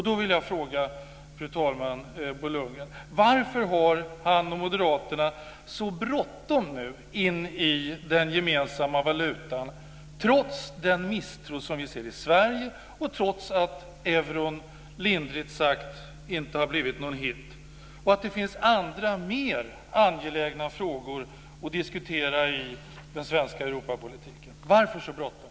Då vill jag fråga: Varför har Bo Lundgren och moderaterna så bråttom in i den gemensamma valutan, trots den misstro som vi ser i Sverige och trots att euron lindrigt sagt inte har blivit något hit? Det finns andra mer angelägna frågor att diskutera i den svenska Europapolitiken. Varför så bråttom?